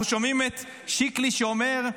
אנחנו שומעים את שיקלי שאומר: